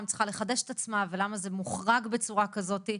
צריכה לחדש את עצמה ולמה זה מוחרג בצורה כזאת.